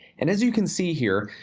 and as you can see here,